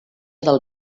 del